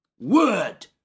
Word